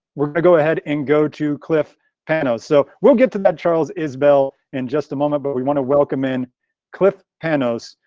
we're gonna go ahead and go to cliff panos. so we'll get to that charles isbell in just a moment, but we wanna welcome in cliff panos.